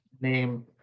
name